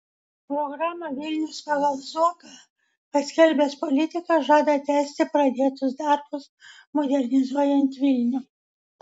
programą vilnius pagal zuoką paskelbęs politikas žada tęsti pradėtus darbus modernizuojant vilnių